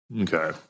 Okay